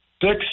six